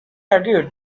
argued